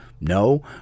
no